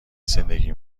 زندگی